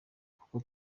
kuko